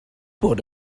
bod